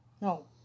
No